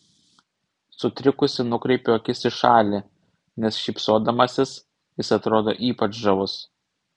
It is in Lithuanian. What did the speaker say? sutrikusi nukreipiu akis į šalį nes šypsodamasis jis atrodo ypač žavus